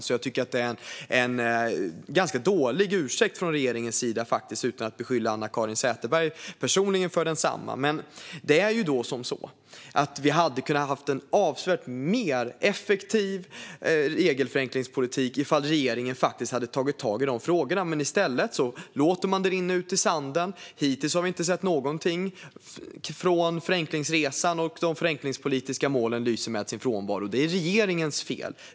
Jag tycker faktiskt att det är en ganska dålig ursäkt från regeringens sida, utan att beskylla Anna-Caren Sätherberg personligen för densamma. Vi hade kunnat ha en avsevärt mer effektiv regelförenklingspolitik ifall regeringen hade tagit tag i dessa frågor. I stället låter man det rinna ut i sanden. Hittills har vi inte sett någonting från Förenklingsresan, och de förenklingspolitiska målen lyser med sin frånvaro. Det är regeringens fel.